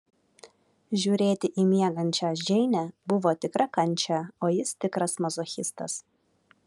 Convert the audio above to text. žiūrėti į miegančią džeinę buvo tikra kančia o jis tikras mazochistas